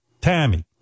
Tammy